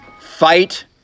fight